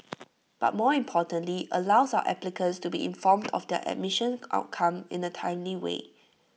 but more importantly allows our applicants to be informed of their admission outcome in A timely way